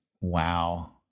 wow